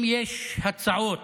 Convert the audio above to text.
אם יש הצעות